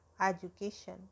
education